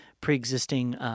pre-existing